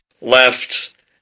left